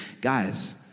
Guys